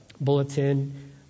bulletin